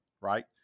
right